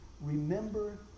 Remember